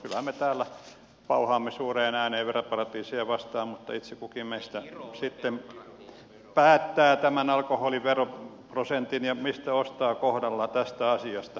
kyllähän me täällä pauhaamme suureen ääneen veroparatiiseja vastaan mutta itse kukin meistä sitten päättää tästä asiasta tämän alkoholiveroprosentin kohdalla ja sen kohdalla mistä ostaa